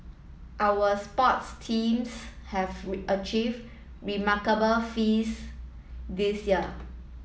our sports teams have achieved remarkable feats this year